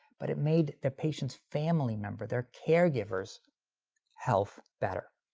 but it made the patient's family member, their care giver's health better.